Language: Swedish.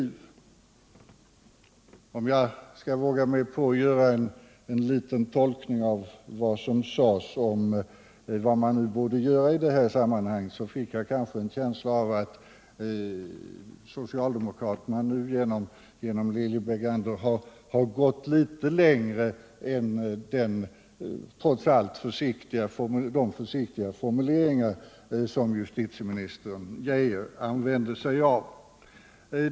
Om jag skulle våga mig på att göra en liten tolkning av vad som sades om vad man nu borde göra i sammanhanget, så vill jag säga att jag fick en känsla avatt socialdemokraterna nu genom Lilly Bergander har gått litet längre än de trots allt försiktiga formuleringar som justitieminister Geijer använde.